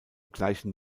gleichen